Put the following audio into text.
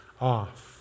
off